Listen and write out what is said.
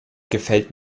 gefällt